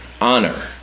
Honor